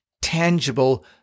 tangible